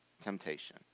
temptation